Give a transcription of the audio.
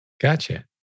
Gotcha